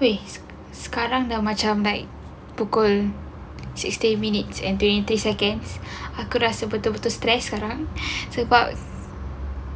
!hey! sekarang dah macam like pukul sixteen minutes and twenty seconds aku rasa betul-betul stress sekarang sebab